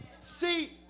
See